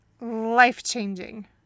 life-changing